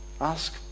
ask